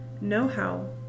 know-how